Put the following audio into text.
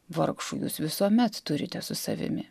vargšų jūs visuomet turite su savimi